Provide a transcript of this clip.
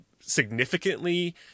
significantly